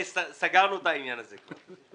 סגרנו את העניין הזה כבר.